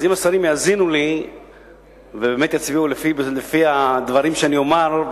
אם השרים יאזינו לי ובאמת יצביעו לפי הדברים שאני אומר,